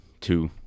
two